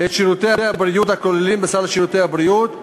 את שירותי הבריאות הכלולים בסל שירותי הבריאות,